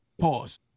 Pause